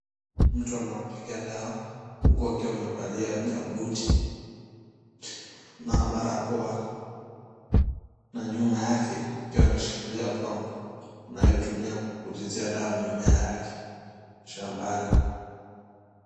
Mtu anayepiga dawa, huku akiwa amevalia gumboot na barakoa, na nyuma yake akiwa ameshikilia pump anayotumia kupulizia dawa mimea yake shambani.